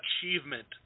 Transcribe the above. achievement